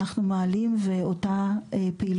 אבל אין איזושהי מפת דרכים לפתור